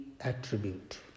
attribute